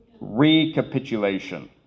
Recapitulation